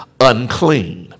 unclean